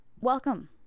welcome